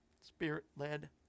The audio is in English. Spirit-led